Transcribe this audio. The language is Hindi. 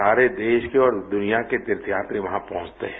सारे देश के और दुनिया के तीर्थपात्री वहां पहुंचते हैं